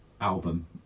album